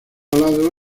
lado